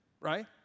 right